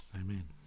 Amen